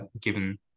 given